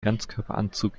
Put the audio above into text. ganzkörperanzug